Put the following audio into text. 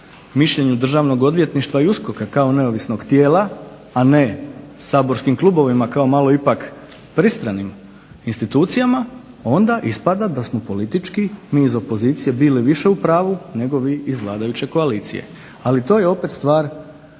mišljenju Državnog odvjetništva i USKOK-a kao neovisnog tijela a ne saborskim klubovima kao ipak pristranim institucijama onda ispada da smo politički mi iz opozicije bili više u pravu nego iz vladajuće koalicije, to je opet stvar